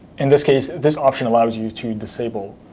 in this case, this option allows you to disable